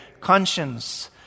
conscience